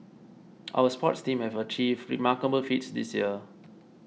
our sports teams have achieved remarkable feats this year